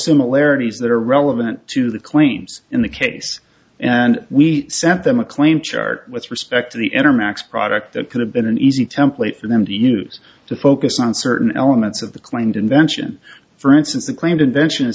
similarities that are relevant to the claims in the case and we sent them a clean chart with respect to the enermax product that could have been an easy template for them to use to focus on certain elements of the claimed invention for instance the claimed invention